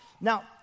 Now